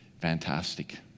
Fantastic